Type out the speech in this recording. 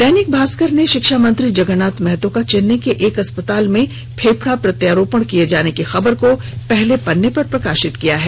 दैनिक भास्कर ने शिक्षा मंत्री जगरनाथ महतो का चेन्नई के एक अस्पताल में फेफड़ा प्रत्यारोपण किये जाने की खबर को पहले पन्ने पर लिया है